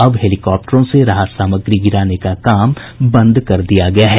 अब हेलीकॉप्टरों से राहत सामग्री गिराने का काम बंद कर दिया गया है